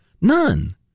None